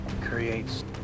creates